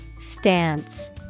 Stance